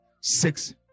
six